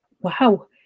wow